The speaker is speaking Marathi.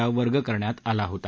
ला वर्ग करण्यात आला होता